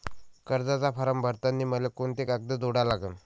कर्जाचा फारम भरताना मले कोंते कागद जोडा लागन?